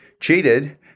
cheated